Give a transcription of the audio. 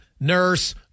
Nurse